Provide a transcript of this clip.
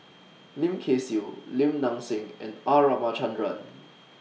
Lim Kay Siu Lim Nang Seng and R Ramachandran